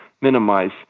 minimize